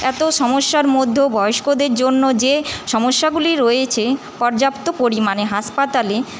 এত সমস্যার মধ্যেও বয়স্কদের জন্য যে সমস্যাগুলি রয়েছে পর্যাপ্ত পরিমাণে হাসপাতালে